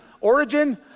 origin